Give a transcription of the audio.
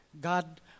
God